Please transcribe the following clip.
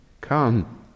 come